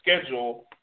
schedule